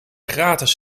gratis